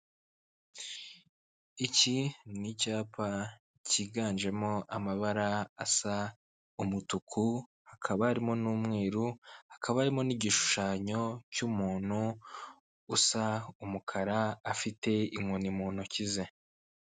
Iki ni icyapa cyiganjemo amabara asa umutuku hakaba harimo n'umweruru hakaba harimo n'igishushanyo cy'umuntu usa umukara afite inkoni mu ntoki ze.